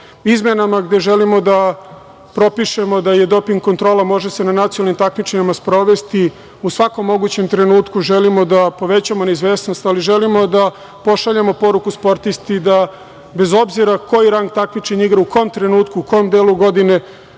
Izmenama želimo da propišemo da se doping kontrola može sprovesti na nacionalnim takmičenjima u svakom mogućem trenutku. Želimo da povećamo neizvesnost, ali želimo da pošaljemo poruku sportisti da, bez obzira koji rang takmičenja igra u kom trenutku, u kom delu godine,